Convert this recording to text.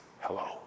hello